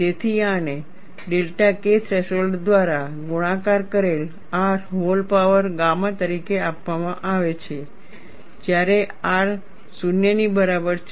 તેથી આને delta K threshold દ્વારા ગુણાકાર કરેલ R વ્હોલ પાવર ગામા તરીકે આપવામાં આવે છે જ્યારે R 0 ની બરાબર છે